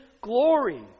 glory